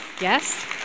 Yes